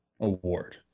award